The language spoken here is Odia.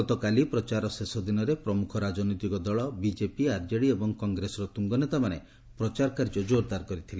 ଗତକାଲି ପ୍ରଚାରର ଶେଷ ଦିନରେ ପ୍ରମୁଖ ରାଜନୈତିକ ଦଳ ବିଜେପି ଆର୍ଜେଡି ଏବଂ କଂଗ୍ରେସର ତ୍ରୁଟ୍ଟନେତାମାନେ ପ୍ରଚାର କାର୍ଯ୍ୟ ଜୋର୍ଦାର୍ କରିଥିଲେ